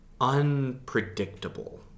unpredictable